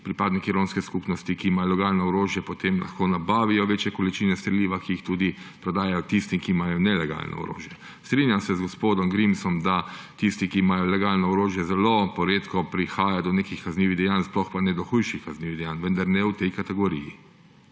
pripadniki romske skupnosti, ki imajo legalno orožje, potem lahko nabavijo večje količine streliva, ki ga tudi prodajajo tistim, ki imajo nelegalno orožje. Strinjam se z gospodom Grimsom, da pri tistih, ki imajo legalno orožje, zelo poredko prihaja do nekih kaznivih dejanj, sploh pa ne do hujših kaznivih dejanj, vendar ne v tej kategoriji.